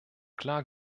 klar